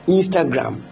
Instagram